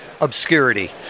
Obscurity